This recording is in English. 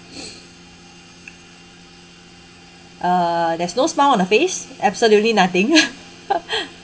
uh there's no smile on her face absolutely nothing